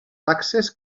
taxes